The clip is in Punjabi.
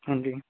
ਹਾਂਜੀ